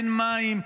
אין מים,